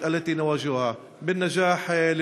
היא העתיד שלנו והיא הנשק המדיני החזק ביותר